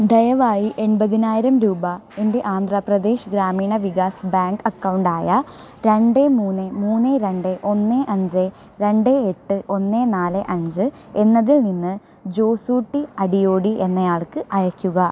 ദയവായി എൺപതിനായിരം രൂപ എൻ്റെ ആന്ധ്രാപ്രദേശ് ഗ്രാമീണ വികാസ് ബാങ്ക് അക്കൗണ്ട് ആയ രണ്ട് മൂന്ന് മൂന്ന് രണ്ട് ഒന്ന് അഞ്ച് രണ്ട് എട്ട് ഒന്ന് നാല് അഞ്ച് എന്നതിൽനിന്ന് ജോസൂട്ടി അടിയോടി എന്നയാൾക്ക് അയക്കുക